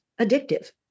addictive